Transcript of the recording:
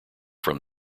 from